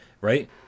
right